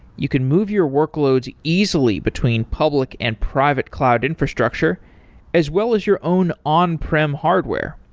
you can move your workloads easily between public and private cloud infrastructure as well as your own on-prim hardware.